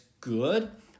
good